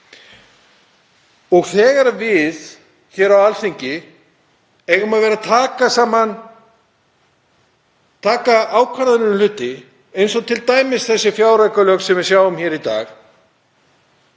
Og þegar við hér á Alþingi eigum að vera að taka ákvarðanir um hluti, eins og t.d. þessi fjáraukalög sem við sjáum hér í dag,